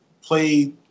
played